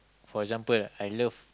for example I love